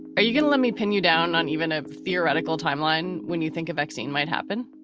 are you going to let me pin you down on even a theoretical timeline? when you think a vaccine might happen?